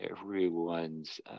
everyone's